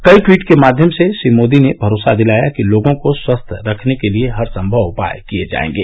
कई ट्वीट के माध्यम से श्री मोदी ने भरोसा दिलाया कि लोगों को स्वस्थ रखने के लिए हरसंमव उपाय किये जायेंगे